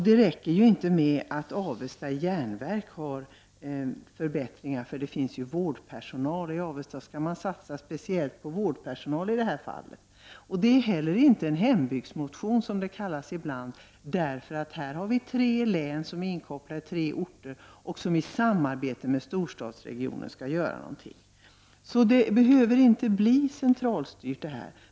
Det räcker inte med att Avesta järnverk har genomfört förbättringar. I Avesta skall en särskild satsning göras på vårdpersonal. Motionen är inte heller en s.k. hembygdsmotion. Det är här fråga om tre orter som i samarbete med storstadsregionen skall åstadkomma någonting. Det behöver alltså inte bli centralstyrt.